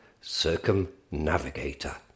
Circumnavigator